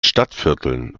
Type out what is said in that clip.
stadtvierteln